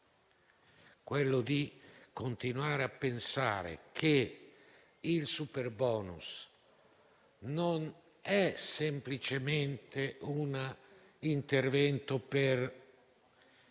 quella di continuare a pensare che il superbonus non sia semplicemente un intervento per